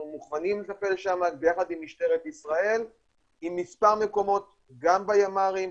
אנחנו מוכנים לטפל שם ביחד עם משטרת ישראל עם מספר מקומות גם בימ"רים,